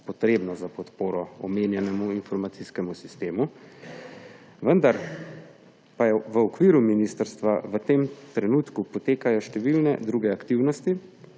potrebna za podporo omenjenemu informacijskemu sistemu, vendar pa v okviru ministrstva v tem trenutku potekajo številne druge aktivnosti,